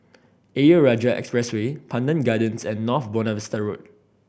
Ayer Rajah Expressway Pandan Gardens and North Buona Vista Road